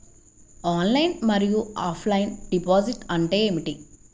Online మరియు offline deposit అంటే ఏమిటి?